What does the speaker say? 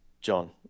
John